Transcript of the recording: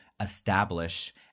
establish